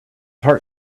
heart